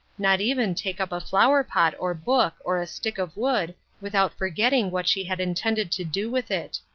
not even take up a flower-pot or book or a stick of wood without forgetting what she had intended to do with it.